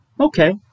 Okay